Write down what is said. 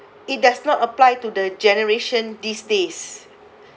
it does not apply to the generation these days